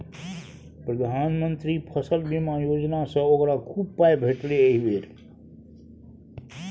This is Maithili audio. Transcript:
प्रधानमंत्री फसल बीमा योजनासँ ओकरा खूब पाय भेटलै एहि बेर